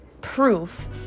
proof